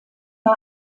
war